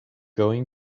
going